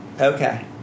Okay